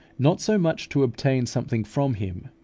not so much to obtain something from him,